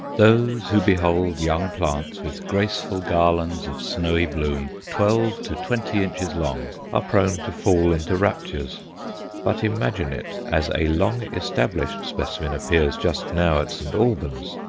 those who behold young plants with graceful garlands of snowy bloom twelve to twenty inches long are prone to fall into raptures but imagine it as a long-established specimen appears just now at st albans,